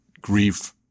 grief-